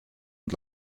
und